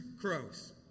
crows